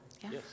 Yes